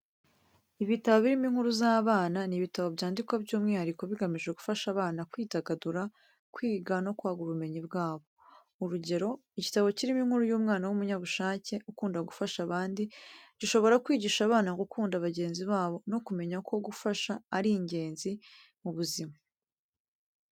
Ibitabo birimo inkuru z'abana ni ibitabo byandikwa by'umwihariko, bigamije gufasha abana kwidagadura, kwiga no kwagura ubumenyi bwabo. Urugero, igitabo kirimo inkuru y'umwana w'umunyabushake ukunda gufasha abandi, gishobora kwigisha abana gukunda bagenzi babo no kumenya ko gufashanya ari ingenzi mu buzima.